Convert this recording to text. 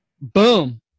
Boom